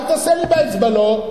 אל תעשה לי באצבע "לא".